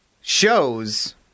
shows